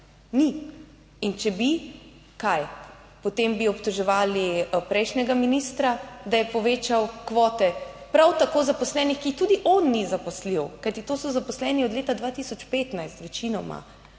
Ni. In če bi, kaj potem bi obtoževali prejšnjega ministra, da je povečal kvote, prav tako zaposlenih, ki tudi on ni zaposljiv? Kajti to so zaposleni od leta 2015 večinoma?